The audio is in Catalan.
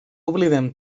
oblidem